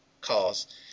calls